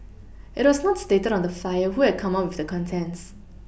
it was not stated on the Flyer who had come up with the contents